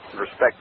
respect